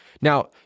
Now